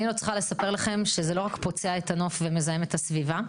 אני לא צריכה לספר לכם שזה לא רק פוצע את הנוף ומזהם את הסביבה,